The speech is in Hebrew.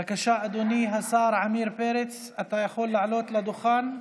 בבקשה, אדוני השר עמיר פרץ, אתה יכול לעלות לדוכן.